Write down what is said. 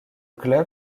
club